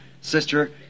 sister